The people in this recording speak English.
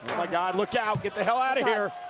my god look out get the hell out of here,